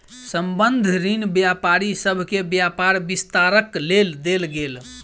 संबंद्ध ऋण व्यापारी सभ के व्यापार विस्तारक लेल देल गेल